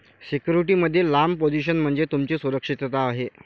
security मध्ये लांब position म्हणजे तुमची सुरक्षितता आहे